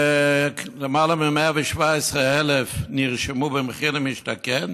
למעלה מ-117,000 נרשמו במחיר למשתכן